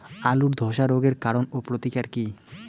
আলুর ধসা রোগের কারণ ও প্রতিকার কি?